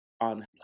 on